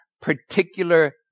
particular